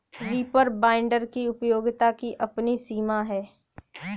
reaper binder की उपयोगिता की अपनी सीमा है